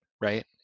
right